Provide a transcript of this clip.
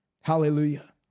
Hallelujah